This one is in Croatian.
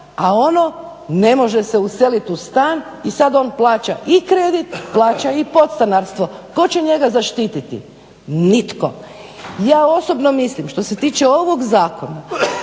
a ono ne može se useliti u stan i sada on plaća i kredit plaća i podstanarstvo. Tko će njega zaštititi? Nitko. Ja osobno mislim što se tiče ovog zakona